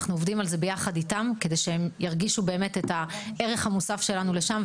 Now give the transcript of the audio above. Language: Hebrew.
אנחנו עובדים על זה ביחד איתם כדי שהם ירגישו את הערך המוסף שלנו לשם.